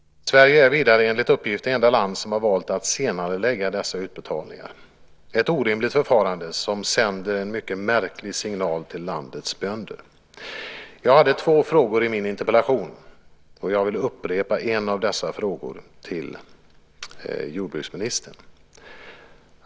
Sverige är vidare enligt uppgift det enda land som har valt att senarelägga dessa utbetalningar. Det är ett orimligt förfarande som sänder en mycket märklig signal till landets bönder. Jag hade två frågor i min interpellation, och jag vill upprepa en av dessa frågor till jordbruksministern.